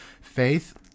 Faith